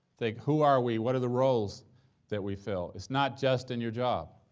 like, who are we? what are the roles that we fill? it's not just in your job.